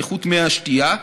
על איכות מי השתייה,